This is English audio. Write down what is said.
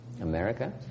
America